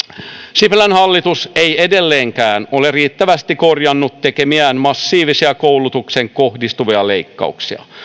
sipilän hallitus ei edelleenkään ole riittävästi korjannut tekemiään massiivisia koulutukseen kohdistuvia leikkauksia